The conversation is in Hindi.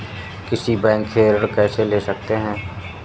किसी बैंक से ऋण कैसे ले सकते हैं?